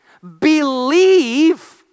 believe